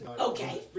Okay